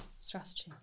Strategy